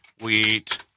wheat